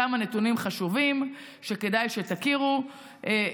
כמה נתונים חשובים שכדאי שתכירו: